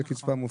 זו קצבה מופחתת,